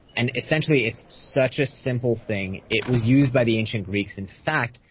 and essentially it's such a simple thing. it was used by the ancient greeks. in fact,